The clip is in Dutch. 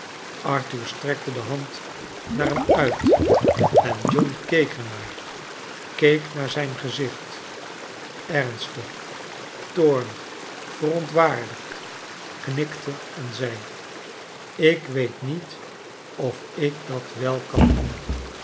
arthur strekte de hand naar hem uit en john keek er naar keek naar zijn gezicht ernstig toornig verontwaardigd knikte en zei ik weet niet of ik dat wel kan doen